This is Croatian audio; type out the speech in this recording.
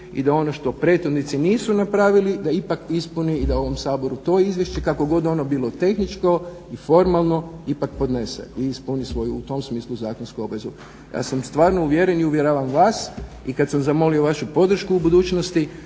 i da ono što prethodnici nisu napravili da ipak ispuni i da ovom Saboru to izvješće kakvo god ono bilo tehničko i formalno ipak podnese i ispuni svoju u tom smislu zakonsku obvezu. Ja sam stvarno uvjeren i uvjeravam vas i kad sam zamolio vašu podršku u budućnosti